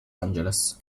angeles